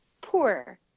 Poor